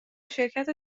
شرکت